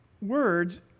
words